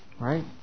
right